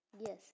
Yes